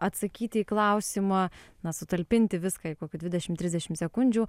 atsakyti į klausimą na sutalpinti viską į kokių dvidešim trisdešim sekundžių